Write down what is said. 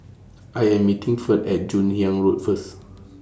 I Am meeting Ferd At Joon Hiang Road First